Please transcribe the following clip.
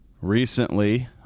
Recently